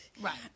Right